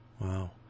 Wow